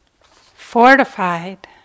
fortified